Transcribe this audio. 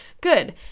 good